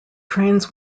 trains